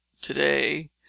today